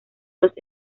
los